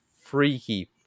freaky